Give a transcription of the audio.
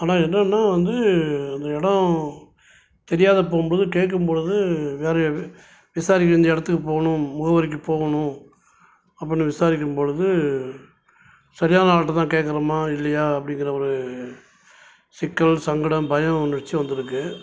ஆனால் என்னென்னா வந்து இந்த இடம் தெரியாதப் போகும்போது கேட்கும்பொழுது வேறயாவே விசாரிக்க வேண்டிய இடத்துக்கு போகணும் முகவரிக்கு போகணும் அப்படின்னு விசாரிக்கும் பொழுது சரியான ஆள்கிட்ட தான் கேட்கறோம்மா இல்லையா அப்படிங்கற ஒரு சிக்கல் சங்கடம் பயம் உணர்ச்சி வந்திருக்கு